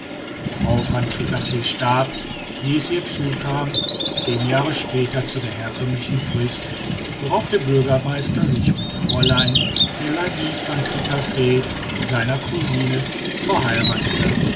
frau van tricasse starb wie es ihr zukam zehn jahre später zu der herkömmlichen frist worauf der bürgermeister sich mit fräulein plagie van tricasse seiner cousine verheiratete